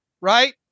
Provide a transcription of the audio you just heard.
right